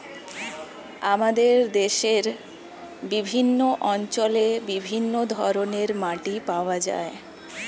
আমাদের দেশের বিভিন্ন অঞ্চলে বিভিন্ন ধরনের মাটি পাওয়া যায়